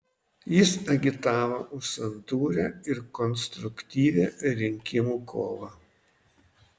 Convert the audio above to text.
jis agitavo už santūrią ir konstruktyvią rinkimų kovą